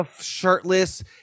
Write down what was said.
shirtless